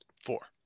Four